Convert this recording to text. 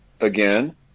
again